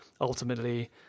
ultimately